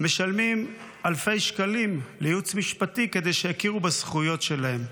משלמים אלפי שקלים לייעוץ משפטי כדי שיכירו בזכויות שלהם.